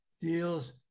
deals